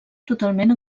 totalment